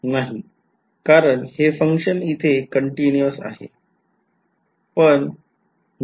नाही कारण हे function इथे continuous आहे